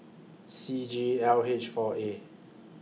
C G L H four A